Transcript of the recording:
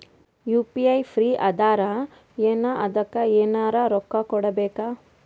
UPI free ಅದಾರಾ ಏನ ಅದಕ್ಕ ಎನೆರ ರೊಕ್ಕ ಕೊಡಬೇಕ?